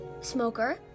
smoker